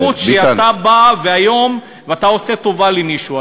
היא לא זכות שאתה בא היום ואתה עושה טובה למישהו.